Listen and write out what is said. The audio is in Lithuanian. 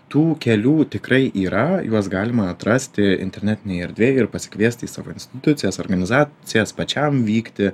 tų kelių tikrai yra juos galima atrasti internetinėj erdvėj ir pasikviest į savo institucijas organizacijas pačiam vykti